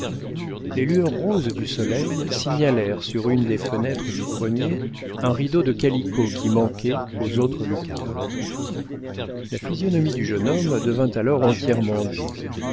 les lueurs roses du soleil signalèrent sur une des fenêtres du grenier un rideau calicot qui manquait aux autres lucarnes la physionomie du jeune homme devint alors entièrement gaie